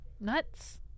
Nuts